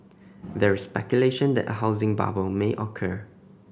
there is speculation that a housing bubble may occur